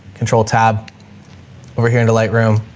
control tab over here into light room,